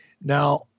Now